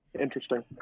Interesting